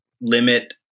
limit